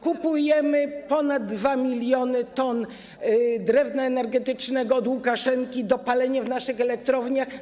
Kupujemy ponad 2 mln t drewna energetycznego od Łukaszenki do palenia w naszych elektrowniach.